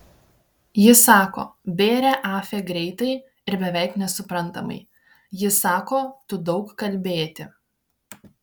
ji sako bėrė afe greitai ir beveik nesuprantamai ji sako tu daug kalbėti